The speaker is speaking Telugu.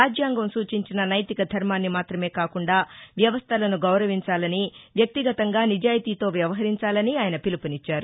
రాజ్యాంగం సూచించిన నైతిక ధర్మాన్ని మాత్రమే కాకుండా వ్యవస్థలను గౌరవించాలని వ్యక్తిగతంగా నిజాయితీతో వ్యవహరించాలని ఆయన పిలుపునిచ్చారు